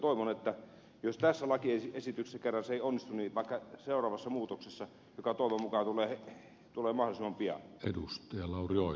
toivon että jos tässä lakiesityksessä se ei kerran onnistu niin vaikka seuraavassa muutoksessa joka toivon mukaan tulee mahdollisimman pian